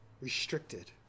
restricted